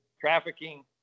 trafficking